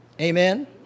Amen